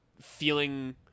feeling